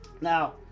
Now